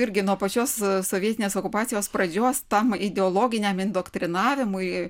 irgi nuo pačios sovietinės okupacijos pradžios tam ideologiniam indoktrinavimui